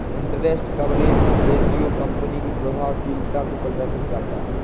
interest coverage ratio company की प्रभावशीलता को प्रदर्शित करता है